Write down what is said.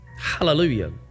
Hallelujah